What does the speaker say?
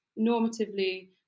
normatively